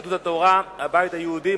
יהדות התורה והבית היהודי,